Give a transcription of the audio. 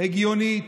הגיונית